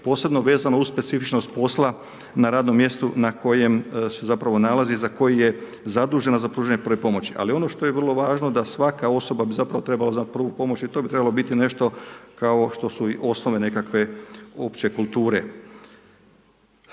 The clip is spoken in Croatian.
posebno vezano uz specifičnost posla na radnom mjestu na kojem se zapravo nalazi za koji je zadužena za pružanje prve pomoći. Ali ono što je vrlo važno da svaka osoba bi zapravo trebala znati prvu pomoć i to bi trebalo biti nešto kao što su i osnove nekakve opće kulture.